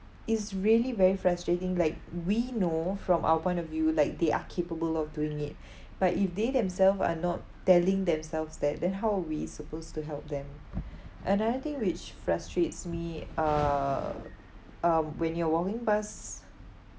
is really very frustrating like we know from our point of view like they are capable of doing it but if they themselves are not telling themselves that then how are we supposed to help them another thing which frustrates me uh um when you are walking past